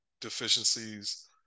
deficiencies